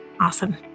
Awesome